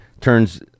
turns